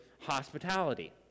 hospitality